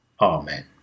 Amen